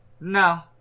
No